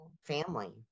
family